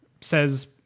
says